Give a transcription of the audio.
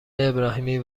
ابراهیمی